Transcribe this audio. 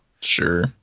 Sure